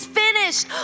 finished